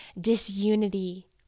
disunity